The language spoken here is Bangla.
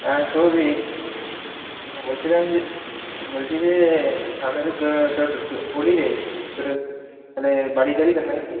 হ্যাঁ শৌভিক বলছিলাম যে বলছি যে সামনে তোর হোলি রে তো মানে বাড়ি যাবি তো নাকি